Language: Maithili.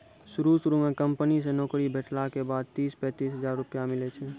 शुरू शुरू म कंपनी से नौकरी भेटला के बाद तीस पैंतीस हजार रुपिया मिलै छै